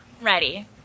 Ready